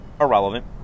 irrelevant